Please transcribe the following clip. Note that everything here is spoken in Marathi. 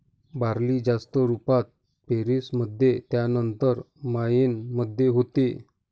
बार्ली जास्त रुपात पेरीस मध्ये त्यानंतर मायेन मध्ये होते